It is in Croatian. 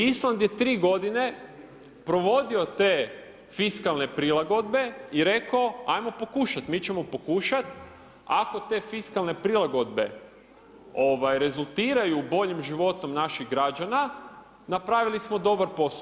I Island je 3 godine provodio te fiskalne prilagodbe i rekao ajmo pokušat, mi ćemo pokušat, ako te fiskalne prilagodbe, ovaj, rezultiraju boljim životom naših građana, napravili smo dobar posao.